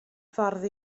ffordd